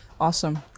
awesome